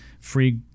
Free